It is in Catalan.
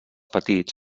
petits